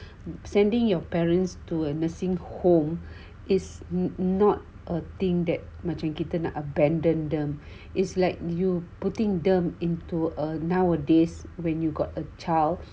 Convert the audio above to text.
sending your parents to a nursing home is not a thing that macam kita nak abandon them it's like you putting them into a nowadays when you got a child